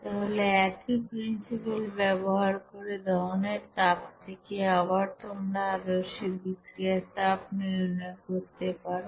তাহলে একই প্রিন্সিপাল ব্যবহার করে দহনের তাপ থেকে আবার তোমরা আদর্শ বিক্রিয়ার তাপ নির্ণয় করতে পারো